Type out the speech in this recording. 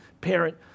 parent